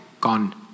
gone